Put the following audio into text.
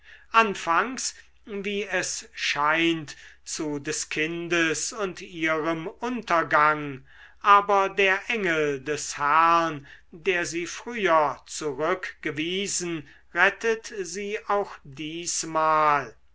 anfangs wie es scheint zu des kindes und ihrem untergang aber der engel des herrn der sie früher zurückgewiesen rettet sie auch diesmal